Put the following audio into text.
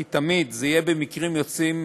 כי זה תמיד יהיה במקרים יוצאים,